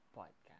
Podcast